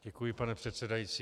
Děkuji, pane předsedající.